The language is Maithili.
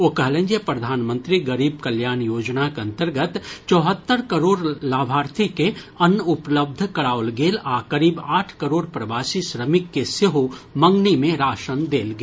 ओ कहलनि जे प्रधानमंत्री गरीब कल्याण योजनाक अंतर्गत चौहत्तर करोड़ लाभार्थी के अन्न उपलब्ध कराओल गेल आ करीब आठ करोड़ प्रवासी श्रमिक के सेहो मंगनी मे राशन देल गेल